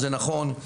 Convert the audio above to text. זה נכון,